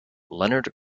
leonard